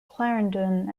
clarendon